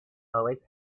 always